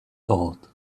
thought